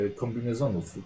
kombinezonów